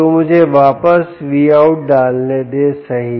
तो मुझे वापस Vout डालने दे सही